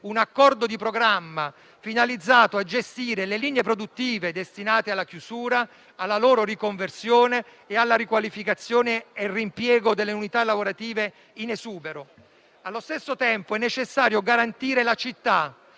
un accordo di programma finalizzato a gestire le linee produttive destinate alla chiusura, alla riconversione e alla riqualificazione e reimpiego delle unità lavorative in esubero. Allo stesso tempo è necessario garantire la città,